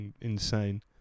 Insane